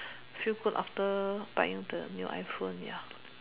feel good after buying the new iPhone ya